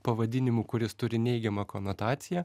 pavadinimu kuris turi neigiamą konotaciją